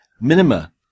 Minima